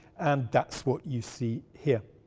and that's what you see here.